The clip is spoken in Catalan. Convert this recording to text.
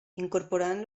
incorporant